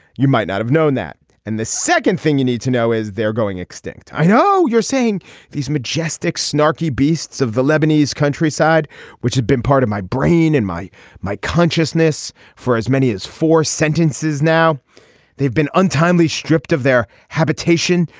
you might not have known that and the second thing you need to know is they're going extinct. i know you're saying these majestic snarky beasts of the lebanese countryside which had been part of my brain and my my consciousness for as many as four sentences now they've been untimely stripped of their habitation.